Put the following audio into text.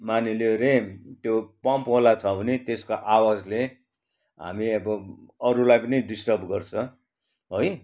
मानीलियो रे त्यो पम्पवाला छ भने त्यसको आवाजले हामी अब अरूलाई पनि डिस्टर्ब गर्छ है